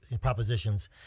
propositions